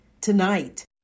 tonight